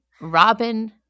Robin